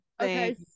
okay